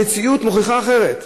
המציאות מוכיחה אחרת.